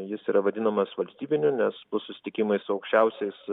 jis yra vadinamas valstybiniu nes bus susitikimai su aukščiausiais